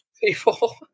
people